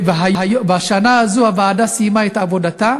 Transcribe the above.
והשנה הזאת הוועדה סיימה את עבודתה,